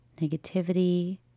negativity